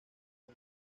del